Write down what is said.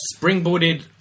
springboarded